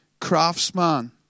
craftsman